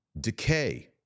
decay